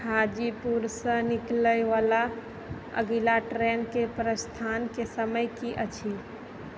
हाजीपुरसँ निकलए वला अगिला ट्रेनके प्रस्थानके समय की अछि